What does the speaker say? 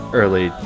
early